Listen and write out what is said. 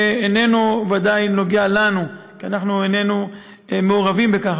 שוודאי איננו נוגע לנו ואנחנו איננו מעורבים בכך.